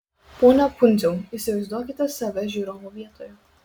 pone pundziau įsivaizduokite save žiūrovo vietoje